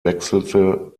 wechselte